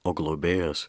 o globėjas